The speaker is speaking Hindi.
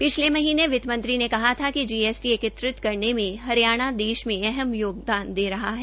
पिछले महीने वित्तमंत्री ने कहा था कि जीएसटी एकत्रित करने में हरियाण देश का अहम योगदान दे रहा है